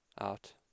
Out